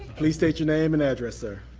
please state your name and address, sir.